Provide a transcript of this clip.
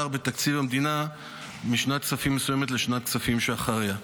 בתקציב המדינה משנת כספים מסוימת לשנת הכספים שאחריה.